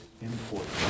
important